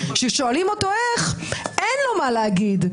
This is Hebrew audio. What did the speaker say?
כששואלים אותו איך אין לו מה להגיד,